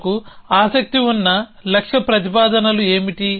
మనకు ఆసక్తి ఉన్న లక్ష్య ప్రతిపాదనలు ఏమిటి